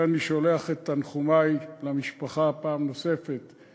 לכן אני שולח את תנחומי למשפחה פעם נוספת,